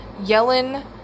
Yellen